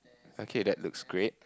okay that looks great